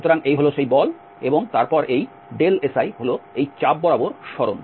সুতরাং এই হল সেই বল এবং তারপর এই si হল এই চাপ বরাবর সরণ